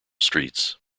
streets